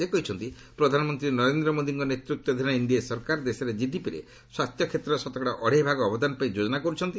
ସେ କହିଛନ୍ତି ପ୍ରଧାନମନ୍ତ୍ରୀ ନରେନ୍ଦ୍ର ମୋଦିଙ୍କ ନେତୃତ୍ୱାଧୀନ ଏନ୍ଡିଏ ସରକାର ଦେଶର ଜିଡିପିରେ ସ୍ୱାସ୍ଥ୍ୟ କ୍ଷେତ୍ରରର ଶତକଡ଼ା ଅଢ଼େଇ ଭାଗ ଅବଦାନ ପାଇଁ ଯୋଜନା କର୍ରଛନ୍ତି